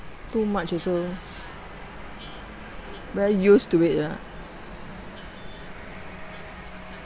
too much also very used to it ah